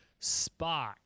Spock